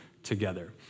Together